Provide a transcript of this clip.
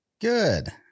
Good